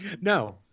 No